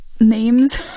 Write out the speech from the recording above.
names